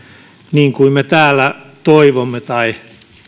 niin kuin me täällä toivomme tai